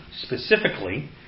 specifically